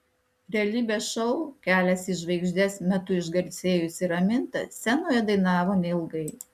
realybės šou kelias į žvaigždes metu išgarsėjusi raminta scenoje dainavo neilgai